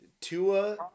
Tua